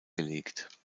gelegt